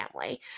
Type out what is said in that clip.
family